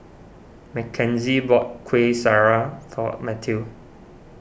Mackenzie bought Kuih Syara for Matthew